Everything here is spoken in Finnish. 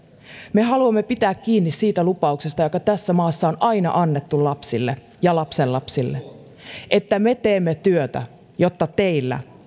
me haluamme pitää kiinni siitä lupauksesta joka tässä maassa on aina annettu lapsille ja lapsenlapsille että me teemme työtä jotta teillä